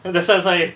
that's why that's why